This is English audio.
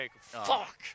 fuck